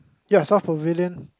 ya south pavillion